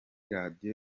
radiyo